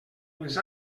les